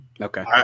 Okay